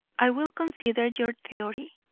i will consider your theory.